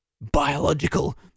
biological